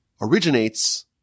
originates